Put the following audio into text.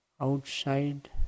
outside